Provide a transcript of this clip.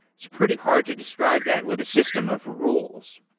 it's pretty hard to describe that with a system of rules.